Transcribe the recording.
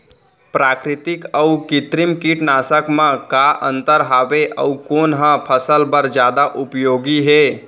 प्राकृतिक अऊ कृत्रिम कीटनाशक मा का अन्तर हावे अऊ कोन ह फसल बर जादा उपयोगी हे?